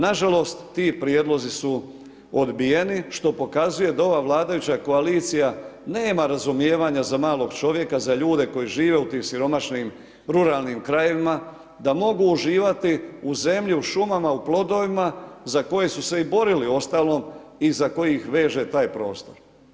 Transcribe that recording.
Nažalost, ti prijedlozi su odbijeni što pokazuje da ova vladajuća koalicija nema razumijevanja za malog čovjeka, za ljude koji žive u tim siromašnim, ruralnim krajevima, da mogu uživati u zemlji, u šumama, u plodovima za koje su se i borili uostalom i za koje ih veže taj prostor.